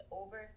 over